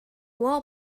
wall